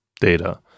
Data